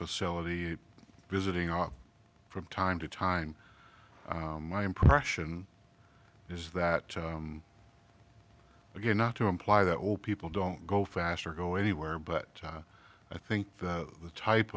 facility visiting up from time to time my impression is that again not to imply that all people don't go faster go anywhere but i think that the type